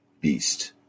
Beast